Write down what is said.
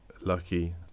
lucky